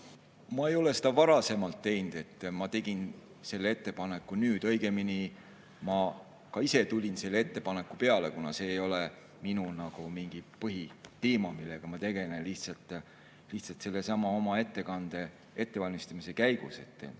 Ma ei ole seda varasemalt teinud, ma tegin selle ettepaneku nüüd. Õigemini ma ka ise tulin selle ettepaneku peale – kuna see ei ole minu põhiteema, millega ma tegelen – sellesama ettekande ettevalmistamise käigus.